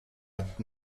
hat